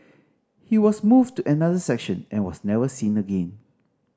he was moved to another section and was never seen again